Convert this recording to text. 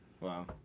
Wow